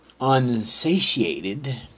unsatiated